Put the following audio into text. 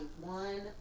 one